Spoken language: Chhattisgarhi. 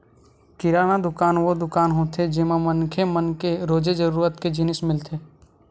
किराना दुकान वो दुकान होथे जेमा मनखे मन के रोजे जरूरत के जिनिस मिलथे